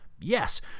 Yes